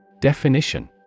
Definition